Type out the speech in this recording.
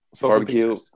Barbecue